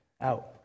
out